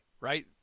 Right